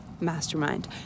Mastermind